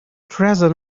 treason